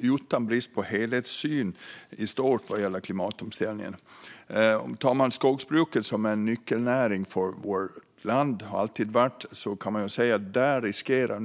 utan någon helhetssyn på klimatomställningen i stort. Skogsbruket är och har alltid varit en nyckelnäring i vårt land, men nu riskerar